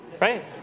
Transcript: right